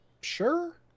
Sure